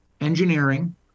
engineering